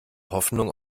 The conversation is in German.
hoffnung